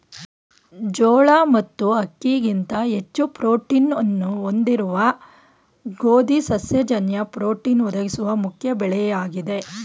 ಜೋಳ ಮತ್ತು ಅಕ್ಕಿಗಿಂತ ಹೆಚ್ಚು ಪ್ರೋಟೀನ್ನ್ನು ಹೊಂದಿರುವ ಗೋಧಿ ಸಸ್ಯ ಜನ್ಯ ಪ್ರೋಟೀನ್ ಒದಗಿಸುವ ಮುಖ್ಯ ಬೆಳೆಯಾಗಿದೆ